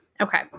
Okay